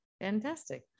Fantastic